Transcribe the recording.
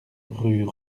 rue